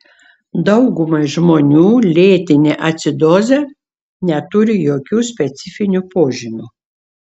daugumai žmonių lėtinė acidozė neturi jokių specifinių požymių